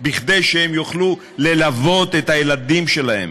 כדי שהם יוכלו ללוות את הילדים שלהם.